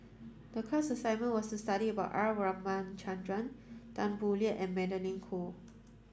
the class assignment was study about R Ramachandran Tan Boo Liat and Magdalene Khoo